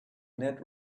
ned